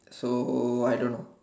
so I don't know